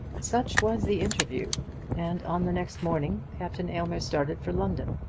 such was the interview and on the next morning captain aylmer started for london.